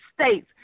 States